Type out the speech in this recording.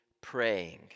praying